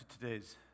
today's